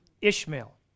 Ishmael